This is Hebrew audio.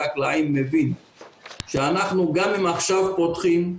הקלעים מבין שגם אם עכשיו אנחנו פותחים,